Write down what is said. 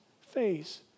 face